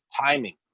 timing